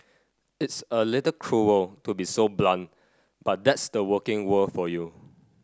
it's a little cruel to be so blunt but that's the working world for you